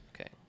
Okay